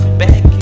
back